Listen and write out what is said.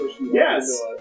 Yes